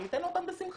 אני אתן לו אותן בשמחה.